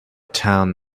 town